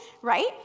right